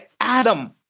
Adam